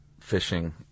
fishing